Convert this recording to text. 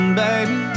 baby